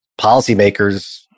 policymakers –